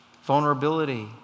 Vulnerability